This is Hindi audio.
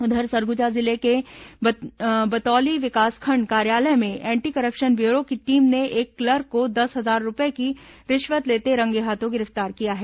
उधर सरगुजा जिले के बतौली विकासखंड कार्यालय में एंटी करप्शन ब्यूरों की टीम ने एक कलर्क को दस हजार रूपए की रिश्वत लेते रंगेहाथों गिरफ्तार किया है